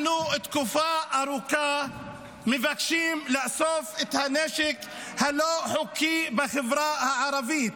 תקופה ארוכה אנחנו מבקשים לאסוף את הנשק הלא-חוקי בחברה הערבית.